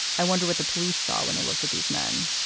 i wonder what the police saw when they looked at these men.